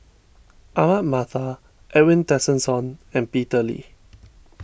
Ahmad Mattar Edwin Tessensohn and Peter Lee